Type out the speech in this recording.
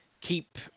keep